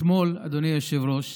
אתמול, אדוני היושב-ראש,